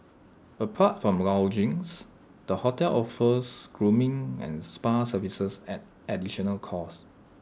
apart from lodgings the hotel offers grooming and spa services at additional cost